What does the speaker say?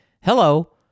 hello